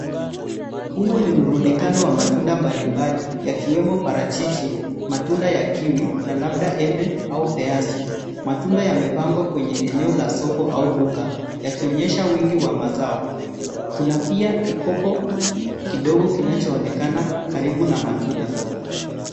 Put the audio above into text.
Huu ni mrundikano wa matunda mbalimbali yakiwemo parachichi , matunda ya kiwi, na labda embe au peasi . Matunda yamepangwa kwenye eneo la soko au duka, yakionyesha wingi wa mazao. Kuna pia kikopo kidogo kinachoonekana karibu na matunda.